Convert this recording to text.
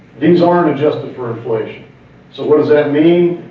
these aren't adjusted for inflation, so what does that mean?